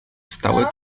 stały